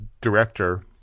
director